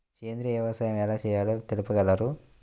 సేంద్రీయ వ్యవసాయం ఎలా చేయాలో తెలుపగలరు?